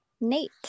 Nate